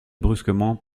brusquement